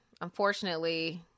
unfortunately